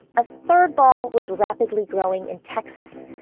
a third ball was rapidly growing in texas,